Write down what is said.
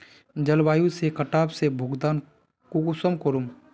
जलवायु के कटाव से भुगतान कुंसम करूम?